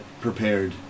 prepared